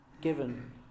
given